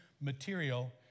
material